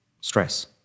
stress